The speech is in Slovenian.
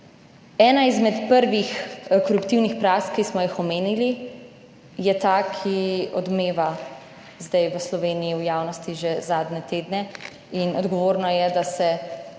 Ena izmed prvih koruptivnih praks, ki smo jih omenili, je ta, ki odmeva zdaj v Sloveniji v javnosti že zadnje tedne, in odgovorno je, da se